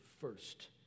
first